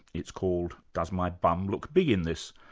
it's called does my bum look big in this?